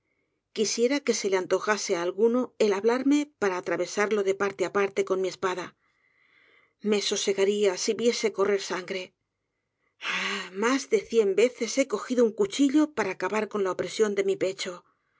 quisiera que se le antojase á alguno el hablarme para atravesarlo de parte á parte con mi espada me sosegaría si viese correr sangre ah mas de cien veces he cogido un cuchillo para acabar con la opresión de mi pecho